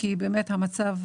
המצב באמת קשה,